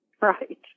Right